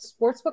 sportsbook